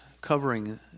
covering